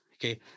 Okay